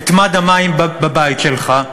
את מד המים בבית שלך,